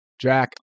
Jack